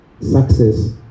success